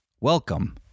Welcome